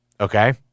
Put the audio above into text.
Okay